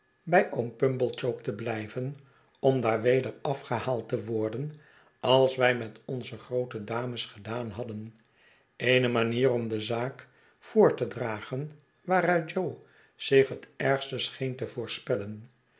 bij oom pumblechook te blijven om daar weder afgehaald te worden als wij met onze groote dames gedaan hadden eene manier om de zaak voor te dragen waaruit jo zich het ergste scheen te voorspellen